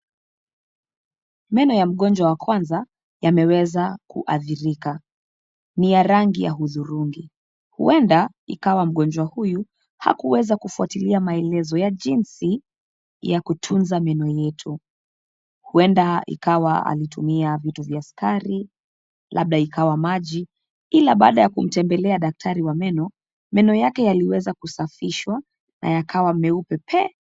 Meno ya mgonjwa wa kwanza yameweza kuadhirika, ni ya rangi ya hudhurungi. Huenda ikawa mgonjwa huyu hakuweza kufuatilia maelezo ya jinsi ya kutunza meno yetu. Huenda ikawa alitumia vitu vya sukari, labda ikawa maji, ila baada ya kumtembelea daktari wa meno, meno yake yaliweza kusafishwa na yakawa meupe.